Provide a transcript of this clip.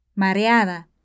Mareada